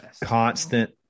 constant